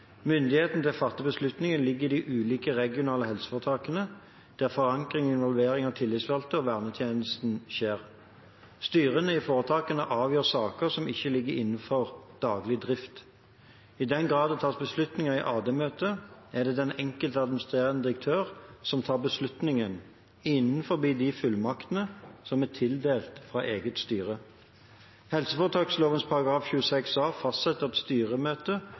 Myndigheten til å fatte beslutninger ligger i de ulike regionale helseforetakene, der forankring og involvering av tillitsvalgte og vernetjenesten skjer. Styrene i foretakene avgjør saker som ikke ligger innenfor daglig drift. I den grad det tas beslutninger i AD-møtet, er det den enkelte administrerende direktør som tar beslutning innenfor de fullmaktene som er tildelt fra eget styre. Helseforetaksloven § 26a fastsetter